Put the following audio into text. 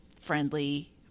friendly